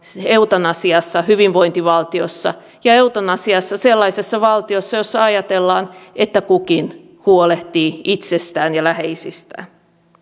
eutanasiassa hyvinvointivaltiossa ja eutanasiassa sellaisessa valtiossa jossa ajatellaan että kukin huolehtii itsestään ja läheisistään